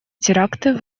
теракты